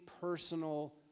personal